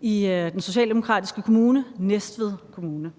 i den socialdemokratiske kommune Næstved Kommune.